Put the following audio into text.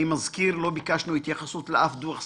אני מזכיר, לא ביקשנו התייחסות לאף דוח ספציפי,